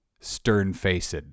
stern-faced